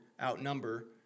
outnumber